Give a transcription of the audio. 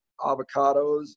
avocados